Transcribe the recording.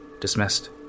Dismissed